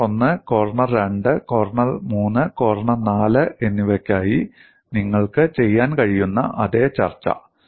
corner 1 corner 2 corner 3 corner 4 എന്നിവയ്ക്കായി നിങ്ങൾക്ക് ചെയ്യാൻ കഴിയുന്ന അതേ ചർച്ച